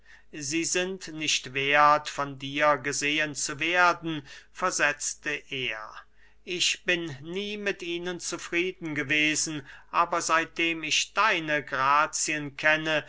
sie sind nicht werth von dir gesehen zu werden versetzte er ich bin nie mit ihnen zufrieden gewesen aber seitdem ich deine grazien kenne